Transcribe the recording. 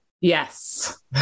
Yes